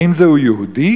האם זהו יהודי?